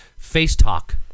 FaceTalk